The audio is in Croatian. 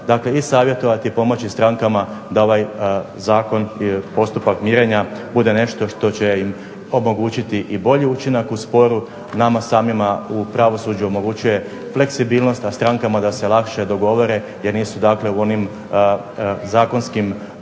dakle i savjetovati, pomoći strankama da ovaj zakon, postupak mirenja bude nešto što će im omogućiti i bolji učinak u sporu, nama samima u pravosuđu omogućuje fleksibilnost, a strankama da se lakše dogovore jer nisu dakle u onim zakonskim